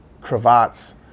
cravats